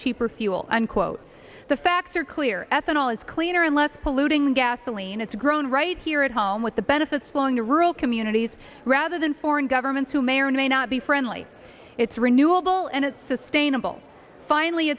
cheaper fuel and quote the facts are clear ethanol is cleaner and less polluting gasoline it's grown right here at home with the benefits flowing to rural communities rather than foreign governments who may or may not be friendly it's renewable and it's